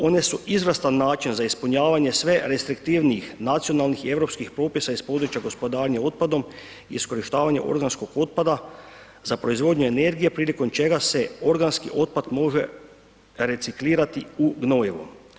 One su izvrstan način za ispunjavanje sve restriktivnijih nacionalnih i europskih propisa iz područja gospodarenja otpadom i iskorištavanje organskog otpada za proizvodnju energije prilikom čega se organski otpad može reciklirati u gnojivo.